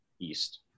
East